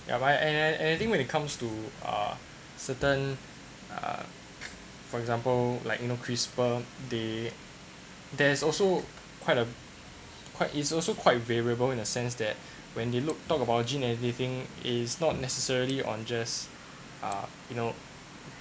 ya but and and and and I think when it comes to uh certain uh for example like you know crisper they there's also quite a quite is also quite variable in a sense that when they looked talk about gene editing is not necessarily on just uh you know